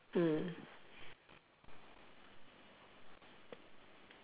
mm